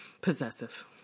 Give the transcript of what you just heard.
possessive